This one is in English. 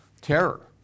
terror